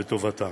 לטובתם.